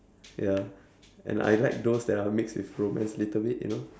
ya and I like those that are mixed with romance little bit you know